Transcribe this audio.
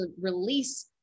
release